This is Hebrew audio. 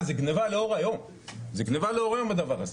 זאת גניבה לאור יום הדבר הזה,